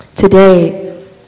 Today